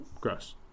Gross